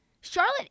Charlotte